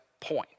point